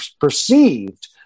perceived